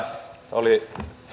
oli